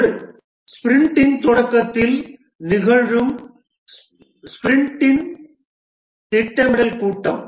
ஒன்று ஸ்பிரிண்டின் தொடக்கத்தில் நிகழும் ஸ்பிரிண்ட் திட்டமிடல் கூட்டம்